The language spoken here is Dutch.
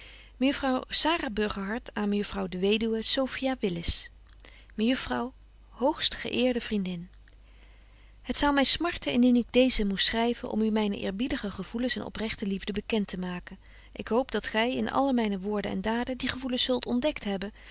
aan mejuffrouw de weduwe sophia willis mejuffrouw hoogstge eerde vriendin het zou my smarten indien ik deezen moest schryven om u myne eerbiedige gevoelens en oprechte liefde bekent te maken ik hoop dat gy in alle myne woorden en daden die gevoelens zult ontdekt hebben